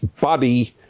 body